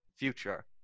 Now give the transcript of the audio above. future